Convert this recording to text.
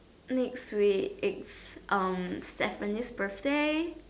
next week is um Stephanie's birthday